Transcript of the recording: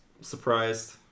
surprised